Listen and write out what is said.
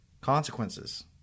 consequences